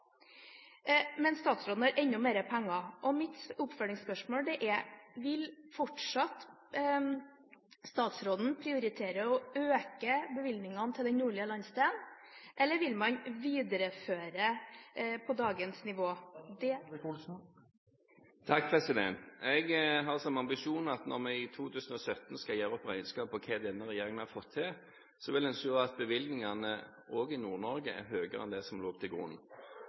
men statsråden har enda mer penger. Mitt oppfølgingsspørsmål er: Vil statsråden fortsatt prioritere å øke bevilgningene til den nordlige landsdelen, eller vil man videreføre dagens nivå? Jeg har som ambisjon at når vi i 2017 skal gjøre opp regnskap på hva denne regjeringen har fått til, vil en se at bevilgningene også i Nord-Norge er høyere enn det som lå til grunn.